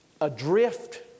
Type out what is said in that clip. adrift